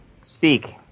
speak